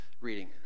reading